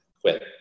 quit